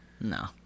No